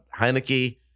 Heineke